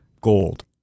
gold